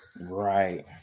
Right